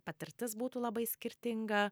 patirtis būtų labai skirtinga